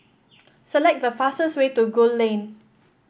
select the fastest way to Gul Lane